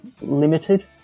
limited